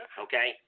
Okay